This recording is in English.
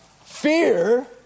Fear